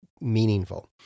meaningful